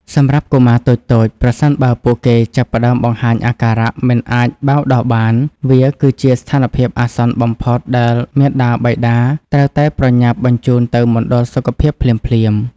សម្រាប់កុមារតូចៗ ប្រសិនបើពួកគេចាប់ផ្តើមបង្ហាញអាការៈមិនអាចបៅដោះបាន វាគឺជាស្ថានភាពអាសន្នបំផុតដែលមាតាបិតាត្រូវតែប្រញាប់បញ្ជូនទៅមណ្ឌលសុខភាពភ្លាមៗ។